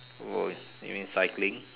oh you mean cycling